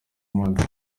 mabi